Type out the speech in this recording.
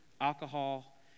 alcohol